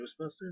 Ghostbusters